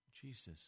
Jesus